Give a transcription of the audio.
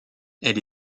elle